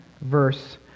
verse